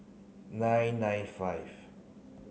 nine nine five